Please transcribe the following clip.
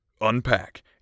unpack